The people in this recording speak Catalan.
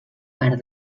part